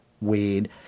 weed